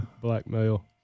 Blackmail